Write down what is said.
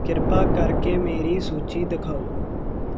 ਕਿਰਪਾ ਕਰਕੇ ਮੇਰੀ ਸੂਚੀ ਦਿਖਾਓ